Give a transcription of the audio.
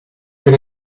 per